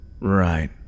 Right